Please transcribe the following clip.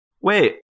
Wait